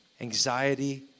anxiety